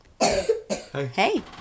hey